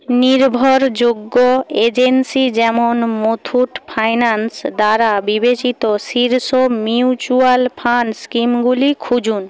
নির্ভরযোগ্য এজেন্সি যেমন মুথুট ফাইন্যান্স দ্বারা বিবেচিত শীর্ষ মিউচুয়াল ফাণ্ড স্কিমগুলি খুঁজুন